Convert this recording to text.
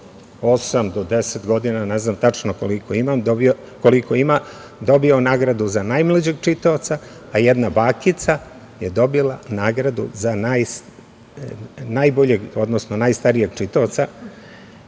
do 10 godina, ne znam tačno koliko ima, dobio nagradu za najmlađeg čitaoca, a jedna bakica je dobila nagradu za najstarijeg čitaoca.